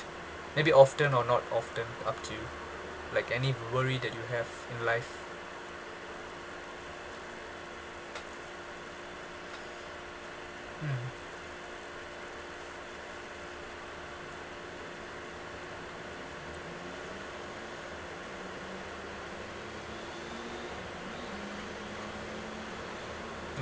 maybe often or not often up to you like any worry that you have in life mm